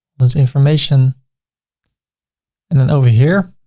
there's information and then over here,